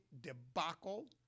debacle